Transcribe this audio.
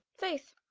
faith,